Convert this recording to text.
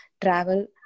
travel